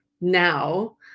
now